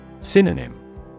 Synonym